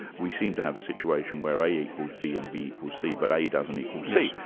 we seem to have a situation where a equals b and b equals c, but a doesn't equal c,